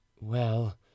Well